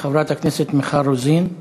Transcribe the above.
חברת הכנסת מיכל רוזין,